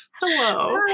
Hello